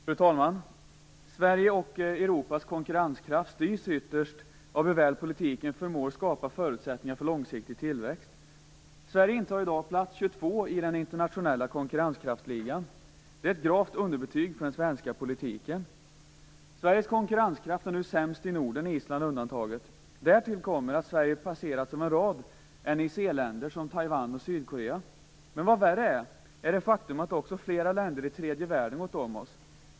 Fru talman! Sveriges och Europas konkurrenskraft styrs ytterst av hur väl politiken förmår skapa förutsättningar för långsiktig tillväxt. Sverige intar i dag plats 22 i den internationella konkurrenskraftsligan. Det är ett gravt underbetyg för den svenska politiken. Sveriges konkurrenskraft är nu sämst i Norden, Island undantaget. Därtill kommer att Sverige passerats av en rad NIC-länder, t.ex. Taiwan och Sydkorea. Än värre är det faktum att också flera länder i tredje världen gått om Sverige.